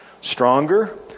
stronger